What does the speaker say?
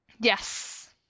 Yes